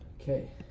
Okay